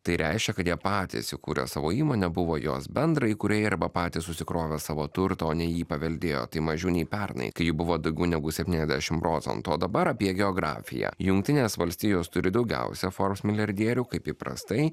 tai reiškia kad jie patys įkūrė savo įmonę buvo jos bendraįkūrėjai arba patys susikrovė savo turtą o ne jį paveldėjo tai mažiau nei pernai kai jų buvo daugiau negu septyniasdešim procentų o dabar apie geografiją jungtinės valstijos turi daugiausia forbs milijardierių kaip įprastai